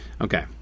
Okay